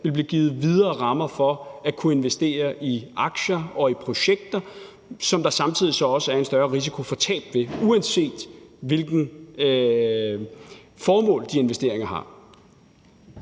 vil blive givet videre rammer for at kunne investere i aktier og i projekter, som der samtidig så også er en større risiko for tab ved, uanset hvilke formål de investeringer har.